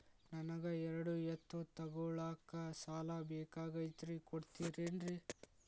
ನನಗ ಎರಡು ಎತ್ತು ತಗೋಳಾಕ್ ಸಾಲಾ ಬೇಕಾಗೈತ್ರಿ ಕೊಡ್ತಿರೇನ್ರಿ?